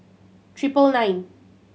triple nine